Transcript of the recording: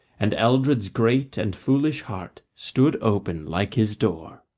and eldred's great and foolish heart stood open like his door.